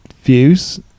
views